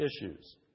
issues